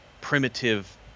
primitive